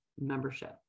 membership